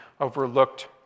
overlooked